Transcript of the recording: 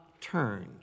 turned